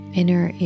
inner